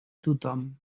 tothom